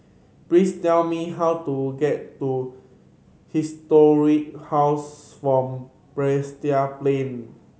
please tell me how to get to Historic House form Balestier Plain